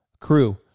crew